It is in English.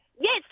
Yes